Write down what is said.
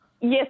Yes